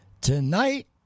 Tonight